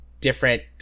different